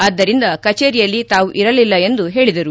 ಆದ್ದರಿಂದ ಕಚೇರಿಯಲ್ಲಿ ತಾವು ಇರಲಿಲ್ಲ ಎಂದು ಹೇಳಿದರು